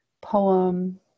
poem